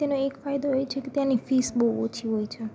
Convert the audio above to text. તેનો એક ફાયદો એ છે કે તેની ફિઝ બહુ ઓછી હોય છે